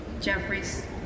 Jeffries